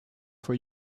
for